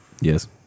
Yes